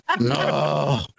No